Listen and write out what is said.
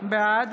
בעד